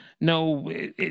no